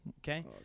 okay